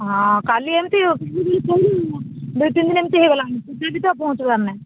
ହଁ କାଲି ଏମିତି ଦୁଇ ତିନି ଏମ୍ତି ହେଇଗଲା ତଥାପି ତ ପହଞ୍ଚିବାର ନାହିଁ